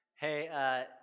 Hey